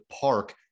park